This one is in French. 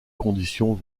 conditions